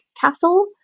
Castle